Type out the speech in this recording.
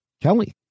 Kelly